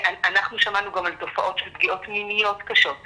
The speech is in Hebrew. אנחנו שמענו גם על תופעות של פגיעות מיניות קשות.